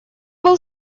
был